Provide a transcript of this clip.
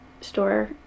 store